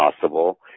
possible